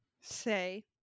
say